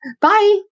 Bye